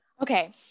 Okay